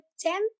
ten